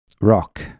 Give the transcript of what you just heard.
rock